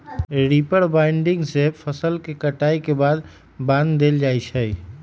reaper binder से फसल के कटाई के बाद बान देल जाई छई